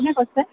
কোনে কৈছে